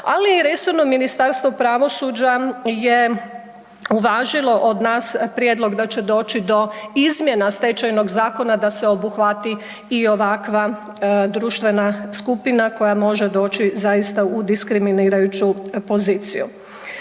i resorno Ministarstvo pravosuđa je uvažilo od nas prijedlog da će doći do izmjena Stečajnog zakona da se obuhvati i ovakva društvena skupina koja može doći zaista u diskriminirajuću poziciju.